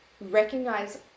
recognize